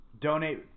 donate